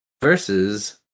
versus